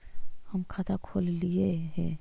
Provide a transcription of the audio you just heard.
हम खाता खोलैलिये हे?